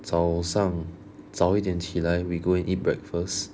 早上早一点起来 we go eat breakfast